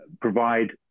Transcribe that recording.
provide